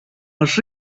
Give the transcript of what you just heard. els